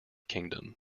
kingdom